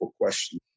question